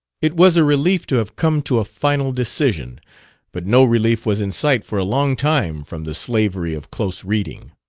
it was a relief to have come to a final decision but no relief was in sight for a long time from the slavery of close reading.